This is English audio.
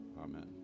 Amen